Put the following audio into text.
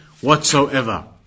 whatsoever